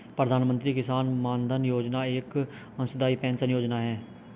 प्रधानमंत्री किसान मानधन योजना एक अंशदाई पेंशन योजना है